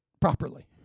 properly